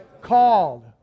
called